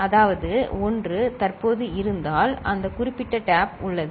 y C1x1 C2x2 C3x3 C4x4 C5x5 C6x6 C7x7 C8x8 அதாவது 1 தற்போது இருந்தால் அந்த குறிப்பிட்ட டேப் உள்ளது